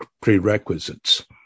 prerequisites